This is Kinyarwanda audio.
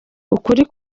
ukuri